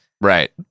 Right